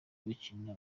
bakina